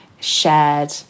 shared